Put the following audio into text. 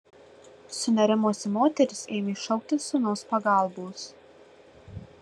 sunerimusi moteris ėmė šauktis sūnaus pagalbos